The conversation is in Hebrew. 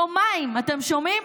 יומיים, אתם שומעים?